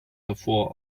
davor